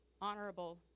honorable